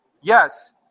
Yes